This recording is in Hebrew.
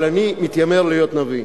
אבל אני מתיימר להיות נביא.